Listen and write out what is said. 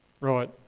Right